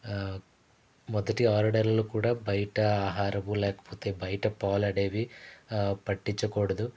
మొదటి ఆరు నెలలు కూడా బయట ఆహారము లేకపోతే బయట పాలనేవి పట్టించకూడదు